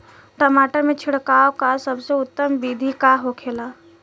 टमाटर में छिड़काव का सबसे उत्तम बिदी का होखेला?